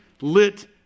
lit